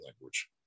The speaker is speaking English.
language